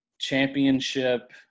championship